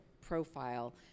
profile